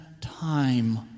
time